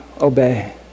obey